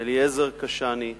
אליעזר קשאני,